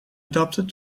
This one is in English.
adopted